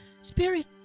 Spirit